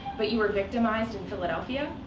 but you were victimized in philadelphia,